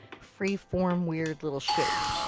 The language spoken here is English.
free form, weird little shape.